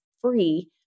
free